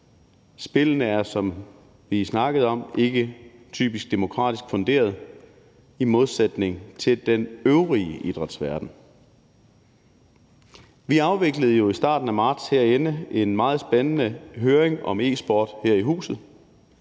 Spillene er, som vi snakkede om, ikke typisk demokratisk funderet i modsætning til den øvrige idrætsverden. Vi afviklede jo herinde i huset i starten af marts en meget spændende høring om e-sport. Vi fik